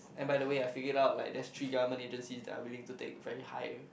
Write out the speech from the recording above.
and by the way I figured it out like there's three government agencies that are willing to take very high